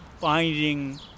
finding